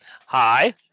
Hi